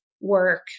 work